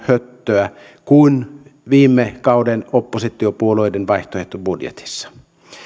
höttöä kuin viime kauden oppositiopuolueiden vaihtoehtobudjetissa